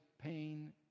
pain